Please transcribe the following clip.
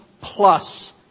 plus